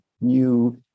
new